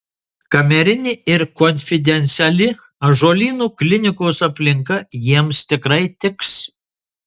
kamerinė ir konfidenciali ąžuolyno klinikos aplinka jiems tikrai tiks